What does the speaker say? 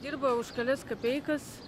dirba už kelias kapeikas